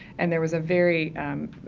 and there was a very, um,